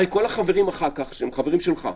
הרי כל החברים אחר כך הם חברים שלך,